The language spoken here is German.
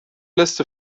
liste